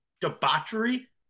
debauchery